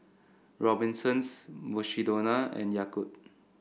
Robinsons Mukshidonna and Yakult